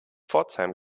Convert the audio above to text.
pforzheim